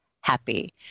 Happy